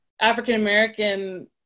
African-American